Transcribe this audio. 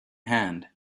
hand